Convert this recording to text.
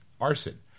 arson